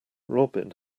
robin